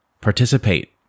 participate